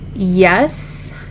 Yes